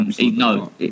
No